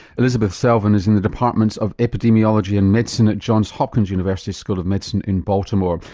elizabeth selvin is in the departments of epidemiology and medicine at johns hopkins university school of medicine in baltimore.